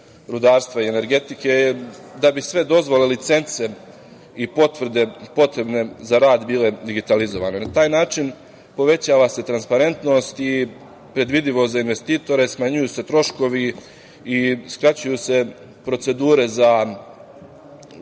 rudarstva i energetike, da bi sve dozvole, licence i potvrde potrebne za rad bile digitalizovane. Na taj način povećava se transparentnost i predvidivost investitora i smanjuju se troškovi i skraćuju se procedure,